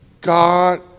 God